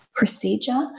Procedure